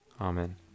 Amen